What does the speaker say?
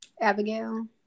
Abigail